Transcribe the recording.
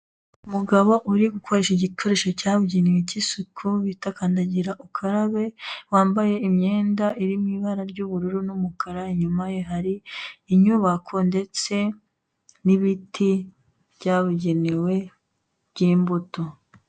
Umugabo uri gukoresha igikoresho cyabugenewe cy'isuku bita kandagira ukarabe, wambaye imyenda iri mu ibara ry'ubururu n'umukara, inyuma ye hari inyubako ndetse n'ibiti byabugenewe by'imbuto.